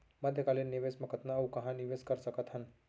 मध्यकालीन निवेश म कतना अऊ कहाँ निवेश कर सकत हन?